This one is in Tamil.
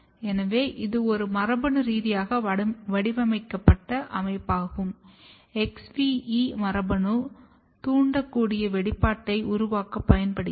எனவே இது ஒரு மரபணு ரீதியாக வடிவமைக்கப்பட்ட அமைப்பாகும் XVE மரபணு தூண்டக்கூடிய வெளிப்பாட்டை உருவாக்க பயன்படுகிறது